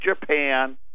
Japan